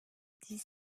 dix